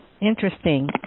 Interesting